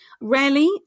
Rarely